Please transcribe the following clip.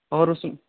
اور اس